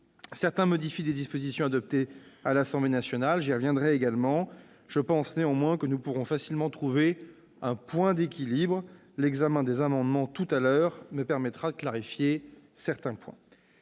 visent à modifier des dispositions adoptées à l'Assemblée nationale. Je pense néanmoins que nous pourrons facilement trouver un point d'équilibre. L'examen des amendements, tout à l'heure, me permettra de clarifier certains points.